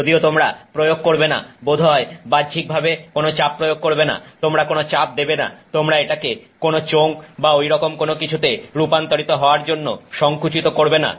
যদিও তোমরা প্রয়োগ করবে না বোধ হয় বাহ্যিকভাবে কোন চাপ প্রয়োগ করবে না তোমরা কোন চাপ দেবে না তোমরা এটাকে কোন চোঙ বা ওইরকম কোন কিছুতে রূপান্তরিত হওয়ার জন্য সংকুচিত করবে না